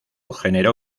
generó